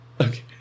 Okay